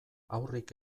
haurrik